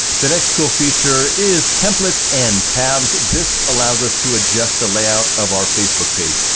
the next cool feature is templates and tabs. this allows us to adjust the layout of our facebook page.